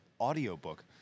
audiobook